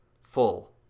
full